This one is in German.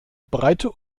breite